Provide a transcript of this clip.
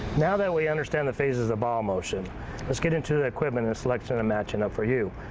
now that we understand the phases of ball motion let's get into the equipment and selection and matching up for you.